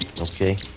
Okay